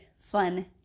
fun